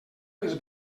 les